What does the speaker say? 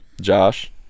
Josh